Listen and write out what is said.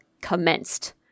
commenced